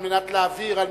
על מנת להבהיר,